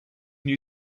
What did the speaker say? new